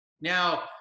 Now